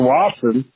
Watson